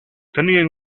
tenían